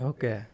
Okay